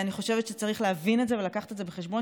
אני חושבת שצריך להבין את זה ולהביא בחשבון